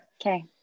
Okay